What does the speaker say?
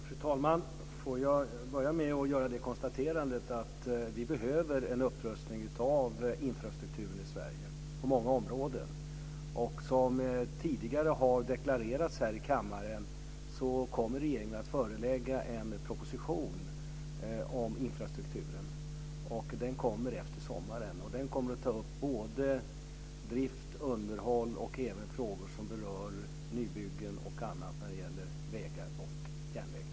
Fru talman! Får jag börja med att göra det konstaterandet att vi behöver en upprustning av infrastrukturen i Sverige på många områden. Som tidigare har deklarerats här i kammaren kommer regeringen att lägga fram en proposition om infrastrukturen, och den kommer efter sommaren. Där kommer vi att ta upp både drift och underhåll och även frågor som berör nybyggen och annat när det gäller vägar och järnvägar.